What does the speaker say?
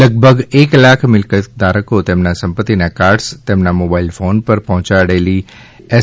લગભગ એક લાખ મિલકત ધારકો તેમના સંપત્તિના કાર્ડ્સ તેમના મોબાઇલ ફોન પર પહોંચાડાયેલી એસ